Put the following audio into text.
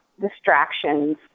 distractions